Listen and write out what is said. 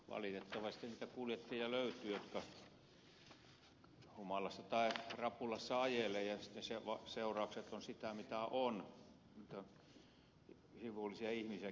valitettavasti niitä kuljettajia löytyy jotka humalassa tai krapulassa ajelevat ja sitten seuraukset ovat sitä mitä ovat